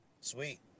sweet